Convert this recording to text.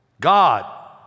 God